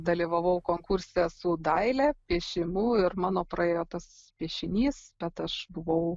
dalyvavau konkurse su daile piešimu ir mano praėjo tas piešinys tad aš buvau